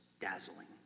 dazzling